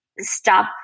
stop